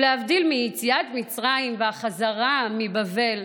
להבדיל מיציאת מצרים והחזרה מבבל,